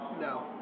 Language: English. No